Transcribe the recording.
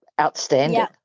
Outstanding